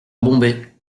bombay